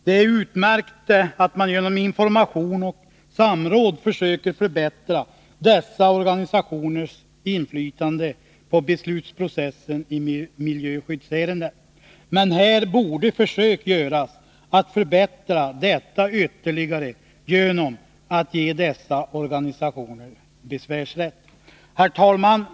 Det är ju utmärkt att man genom information och samråd försöker förbättra dessa organisationers inflytande på beslutsprocessen i miljöskydds ärenden, men här borde försök göras att förbättra detta ytterligare genom att ge dessa organisationer besvärsrätt. Herr talman!